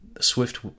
Swift